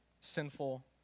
sinful